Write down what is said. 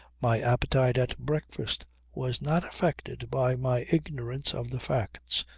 my appetite at breakfast was not affected by my ignorance of the facts,